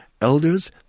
elders